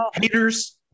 haters